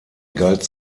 galt